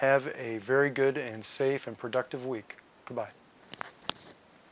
have a very good and safe and productive week by